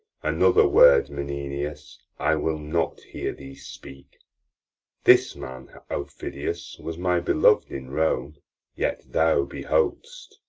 another word, menenius, i will not hear thee speak this man, aufidius, was my beloved in rome yet thou behold'st!